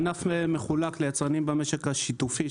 הענף מחולק ליצרנים במשק השיתופי,